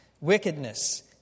wickedness